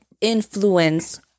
influence